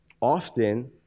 Often